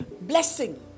blessing